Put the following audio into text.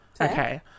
okay